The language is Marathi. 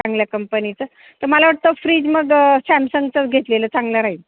चांगल्या कंपनीचं तर मला वाटतं फ्रीज मग सॅमसंगचं घेतलेलं चांगला राहील